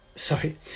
Sorry